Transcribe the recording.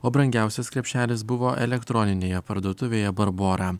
o brangiausias krepšelis buvo elektroninėje parduotuvėje barbora